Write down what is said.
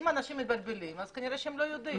אם אנשים מתבלבלים אז כנראה הם לא יודעים.